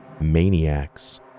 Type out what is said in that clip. maniacs